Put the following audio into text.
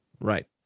Right